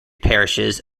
parishes